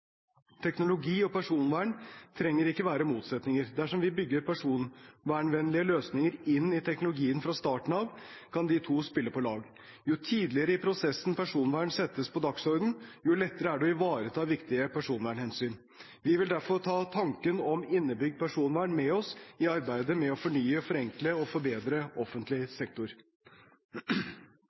Teknologi og personvern trenger ikke være motsetninger. Dersom vi bygger personvernvennlige løsninger inn i teknologien fra starten av, kan de to spille på lag. Jo tidligere i prosessen personvern settes på dagsordenen, jo lettere er det å ivareta viktige personvernhensyn. Vi vil derfor ta tanken om innebygd personvern med oss i arbeidet med å fornye, forenkle og forbedre offentlig sektor.